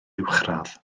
uwchradd